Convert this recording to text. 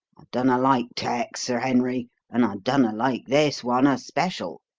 dunna like tecs, sir henry, and i dunna like this one especial.